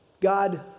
God